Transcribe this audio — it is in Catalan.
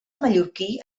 mallorquí